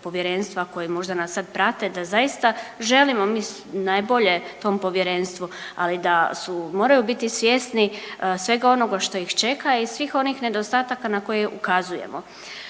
povjerenstva koji možda nas sad prate da zaista želimo mi najbolje tom povjerenstvu, ali da su moraju biti svjesni svega onoga što ih čeka i svih onih nedostataka na koje ukazujemo.